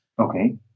Okay